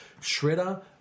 Shredder